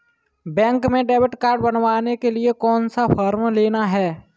Bank में debit card बनवाने के लिए कौन सा फॉर्म लेना है?